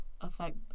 affect